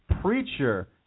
Preacher